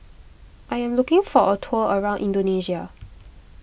I am looking for a tour around Indonesia